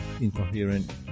incoherent